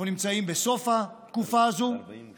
אנחנו נמצאים בסוף התקופה הזאת, 42,